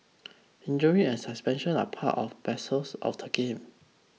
injury and suspension are part of parcels of the game